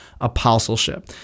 apostleship